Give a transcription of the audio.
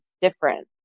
different